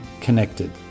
connected